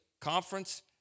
conference